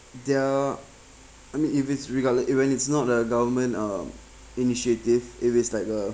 they're I mean if it's regardless it when it's not a government um initiative if it's like a